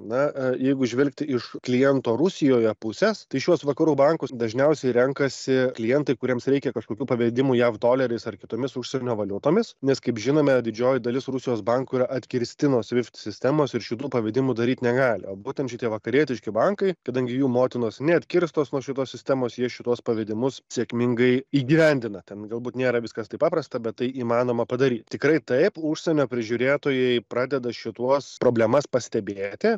na jeigu žvelgti iš kliento rusijoje pusės tai šiuos vakarų bankus dažniausiai renkasi klientai kuriems reikia kažkokių pavedimų jav doleriais ar kitomis užsienio valiutomis nes kaip žinome didžioji dalis rusijos bankų yra atkirsti nuo swift sistemos ir šių pavedimų daryt negali o būtent šitie vakarietiški bankai kadangi jų motinos neatkirstos nuo šitos sistemos jie šituos pavedimus sėkmingai įgyvendina ten galbūt nėra viskas taip paprasta bet tai įmanoma padaryt tikrai taip užsienio prižiūrėtojai pradeda šituos problemas pastebėti